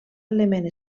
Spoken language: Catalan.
element